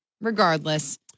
regardless